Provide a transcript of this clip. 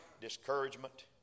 discouragement